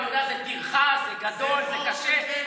אני יודע, זו טרחה, זה גדול, זה קשה.